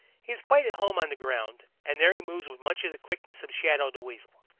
he is quite at home on the ground, and there he moves with much of the quickness of shadow the weasel.